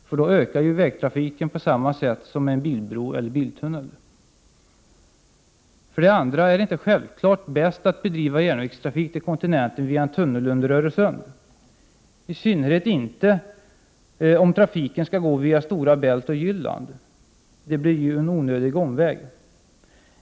För då ökar ju vägtrafiken på samma sätt som med en bilbro eller biltunnel. För det andra är det inte självklart bäst att bedriva järnvägstrafik till kontinenten via en tunnel under Öresund, i synnerhet inte om trafiken skall gå via Stora Bält och Jylland — det blir ju en onödig omväg.